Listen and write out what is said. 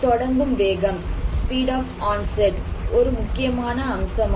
தொடங்கும் வேகம் ஒரு முக்கியமான அம்சமாகும்